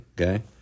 okay